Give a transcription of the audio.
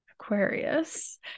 Aquarius